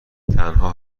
تنها